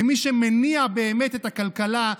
במי שבאמת מניע את הכלכלה,